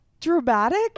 dramatic